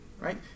right